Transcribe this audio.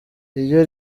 iyo